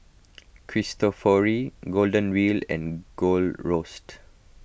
Cristofori Golden Wheel and Gold Roast